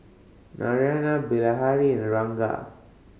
Naraina Bilahari and Ranga